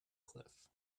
cliff